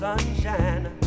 Sunshine